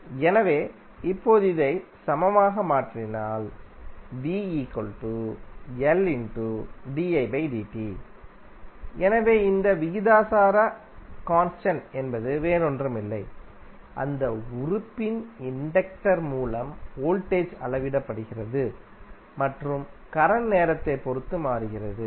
எனவே இப்போது அதை சமமாக மாற்றினால் எனவே இந்த விகிதாசார கான்ஸ்டன்ட் என்பது வேறொன்றுமில்லை அந்த உறுப்பின் இண்டக்டர் மூலம் வோல்டேஜ் அளவிடப்படுகிறது மற்றும் கரண்ட் நேரத்தை பொறுத்து மாறுகிறது